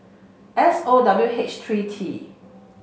S O W H three T